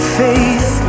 faith